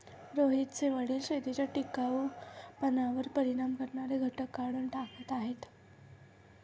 रोहितचे वडील शेतीच्या टिकाऊपणावर परिणाम करणारे घटक काढून टाकत आहेत